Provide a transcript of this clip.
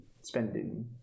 Spending